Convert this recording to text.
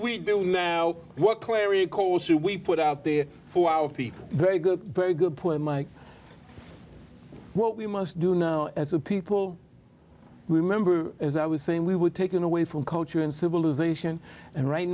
we do now what clary calls you we put out there for our people very good very good point mike what we must do now as a people remember as i was saying we were taken away from culture and civilization and right